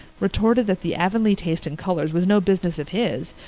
retorted that the avonlea taste in colors was no business of his,